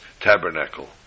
tabernacle